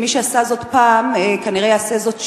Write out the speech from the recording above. שמי שעשה זאת פעם כנראה יעשה זאת שוב.